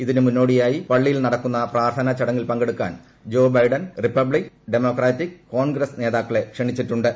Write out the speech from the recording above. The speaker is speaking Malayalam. ഇതിന് മുന്നോടിയായി പള്ളിയിൽ നടക്കുന്ന പ്രാർത്ഥനാ ചടങ്ങിൽ പങ്കെടുക്കാൻ ജോ ബൈഡൻ റിപ്പബ്ലിക്ട് ഉഡ്മോക്രാറ്റിക് കോൺഗ്രസ് നേതാക്കളെ ക്ഷണിച്ചിട്ടുണ്ട്ട്